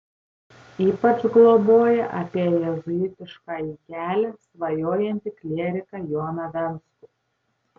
ypač globoja apie jėzuitiškąjį kelią svajojantį klieriką joną venckų